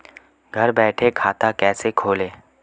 घर बैठे खाता कैसे खोलें?